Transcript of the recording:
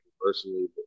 personally